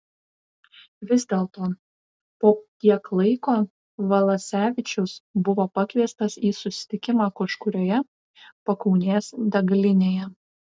vis dėlto po kiek laiko valasevičius buvo pakviestas į susitikimą kažkurioje pakaunės degalinėje